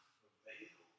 prevail